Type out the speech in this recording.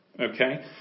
Okay